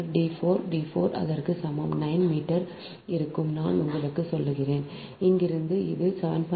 பின்னர் d 4 d 4 அதற்கு சமம் 9 மீட்டர் இருக்கும் நான் உங்களுக்கு சொல்கிறேன் இங்கிருந்து இது 7